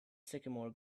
sycamore